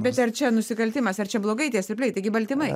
bet ar čia nusikaltimas ar čia blogai tie svirpliai taigi baltymai